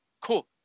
cool